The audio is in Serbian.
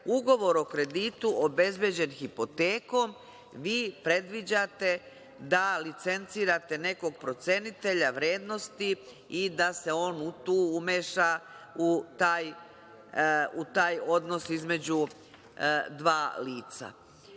ugovor o kreditu obezbeđen hipotekom, vi predviđate da licencirate nekog procenitelja vrednosti i da se on tu umeša u taj odnos između dva lica.